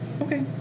Okay